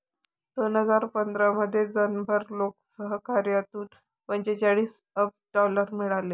दोन हजार पंधरामध्ये जगभर लोकसहकार्यातून पंचेचाळीस अब्ज डॉलर मिळाले